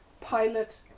pilot